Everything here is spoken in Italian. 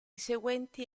seguenti